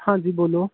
ਹਾਂਜੀ ਬੋਲੋ